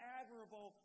admirable